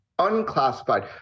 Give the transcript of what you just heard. unclassified